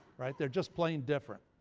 right? they're just plain different.